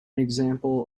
example